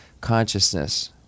consciousness